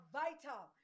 vital